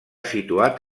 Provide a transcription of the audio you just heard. situat